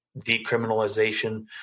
decriminalization